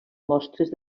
mostres